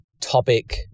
topic